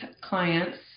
clients